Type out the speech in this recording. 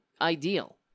ideal